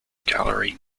gallery